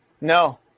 No